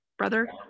brother